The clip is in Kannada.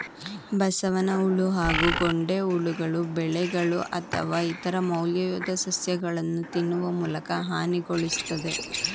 ಬಸವನಹುಳು ಹಾಗೂ ಗೊಂಡೆಹುಳುಗಳು ಬೆಳೆಗಳು ಅಥವಾ ಇತರ ಮೌಲ್ಯಯುತ ಸಸ್ಯಗಳನ್ನು ತಿನ್ನುವ ಮೂಲಕ ಹಾನಿಗೊಳಿಸ್ತದೆ